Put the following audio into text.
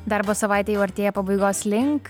darbo savaitė jau artėja pabaigos link